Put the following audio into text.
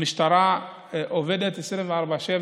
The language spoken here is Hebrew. המשטרה עובדת 24/7